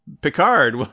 picard